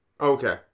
Okay